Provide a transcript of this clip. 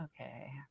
okay